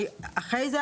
אחרי זה,